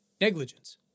negligence